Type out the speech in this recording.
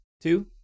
two